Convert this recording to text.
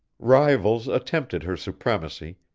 rivals attempted her supremacy,